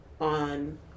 on